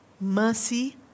mercy